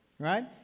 right